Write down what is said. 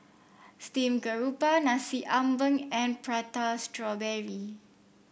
Steam Garoupa Nasi Ambeng and Prata Strawberry